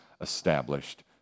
established